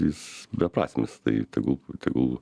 jis beprasmis tai tegul tegul